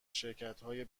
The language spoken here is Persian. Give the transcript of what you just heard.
شرکتهای